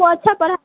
तऽ अच्छा पढ़ा